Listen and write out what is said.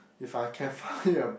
if I can find a